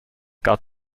got